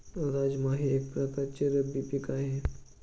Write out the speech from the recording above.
राजमा हे एक प्रकारचे रब्बी पीक आहे